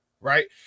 right